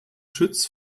schütz